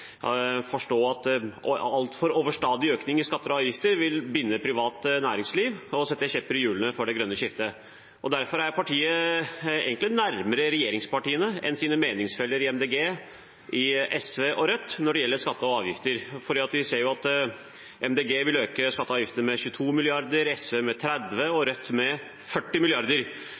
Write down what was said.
forstå at altfor overstadig økning i skatter og avgifter vil binde privat næringsliv og stikke kjepper i hjulene for det grønne skiftet. Derfor er partiet egentlig nærmere regjeringspartiene enn sine meningsfeller i Miljøpartiet De Grønne, SV og Rødt når det gjelder skatter og avgifter, for vi ser jo at Miljøpartiet De Grønne vil øke skatter og avgifter med 22 mrd. kr, SV med 30 mrd. kr og Rødt med 40